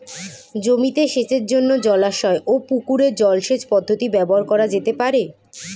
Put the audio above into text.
জমিতে সেচের জন্য জলাশয় ও পুকুরের জল সেচ পদ্ধতি ব্যবহার করা যেতে পারে?